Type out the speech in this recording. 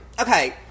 okay